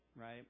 right